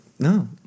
No